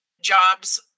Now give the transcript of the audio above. jobs